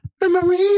memories